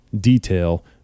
detail